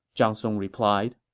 zhang song replied